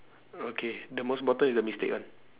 okay the most bottom is the mistake ah